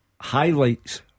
highlights